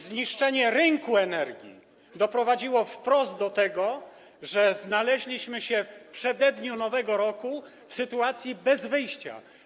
Zniszczenie rynku energii doprowadziło wprost do tego, że znaleźliśmy się w przededniu nowego roku w sytuacji bez wyjścia.